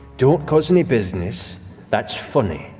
don't cause any business that's funny.